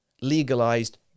legalized